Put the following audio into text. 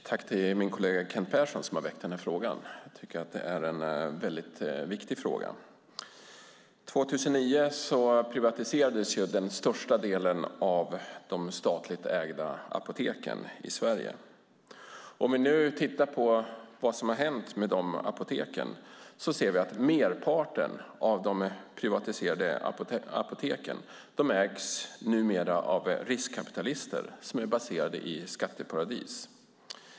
Herr talman! Tack till min kollega Kent Persson, som har väckt frågan! Jag tycker att det är en mycket viktig fråga. År 2009 privatiserades den största delen av de statligt ägda apoteken i Sverige. Om vi nu ser på vad som har hänt med de apoteken ser vi att merparten av de privatiserade apoteken numera ägs av riskkapitalister som är baserade i skatteparadis.